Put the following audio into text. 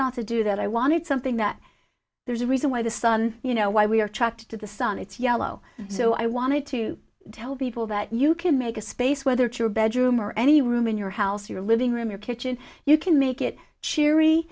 not to do that i wanted something that there's a reason why the sun you know why we are trucked to the sun it's yellow so i wanted to tell people that you can make a space weather to your bedroom or any room in your house your living room your kitchen you can make it cheery